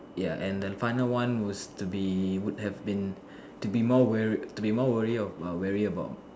ya and the final was to be would have been to be more wary to be wary of wary about